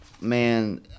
man